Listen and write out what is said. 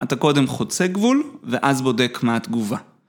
אתה קודם חוצה גבול ואז בודק מה התגובה.